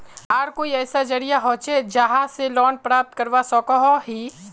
आर कोई ऐसा जरिया होचे जहा से लोन प्राप्त करवा सकोहो ही?